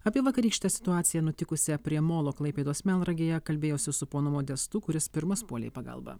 apie vakarykštę situaciją nutikusią prie molo klaipėdos melnragėje kalbėjosi su ponu modestu kuris pirmas puolė į pagalbą